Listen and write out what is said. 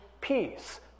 peace